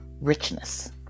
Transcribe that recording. richness